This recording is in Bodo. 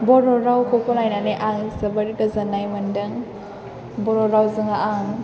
बर' रावखौ फरायनानै आं जोबोर गोजोननाय मोन्दों बर' रावजों आं